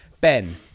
Ben